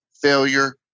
failure